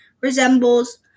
resembles